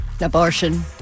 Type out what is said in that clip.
Abortion